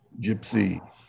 gypsy